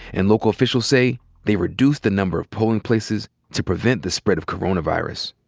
and local officials say they reduced the number of polling places to prevent the spread of coronavirus.